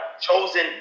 chosen